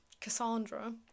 Cassandra